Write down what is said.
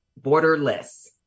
Borderless